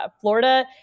Florida